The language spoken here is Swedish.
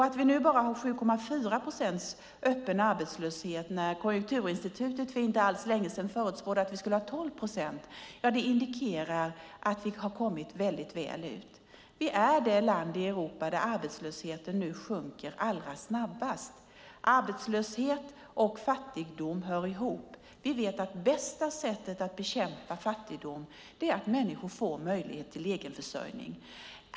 Att vi nu har bara 7,4 procents öppen arbetslöshet fastän Konjunkturinstitutet för inte alls länge sedan förutspådde att vi skulle ha 12 procent indikerar att vi har kommit väldigt väl ut. Vi är det land i Europa där arbetslösheten nu sjunker allra snabbast. Arbetslöshet och fattigdom hör ihop. Vi vet att bästa sättet att bekämpa fattigdom är att människor får möjlighet till egenförsörjning.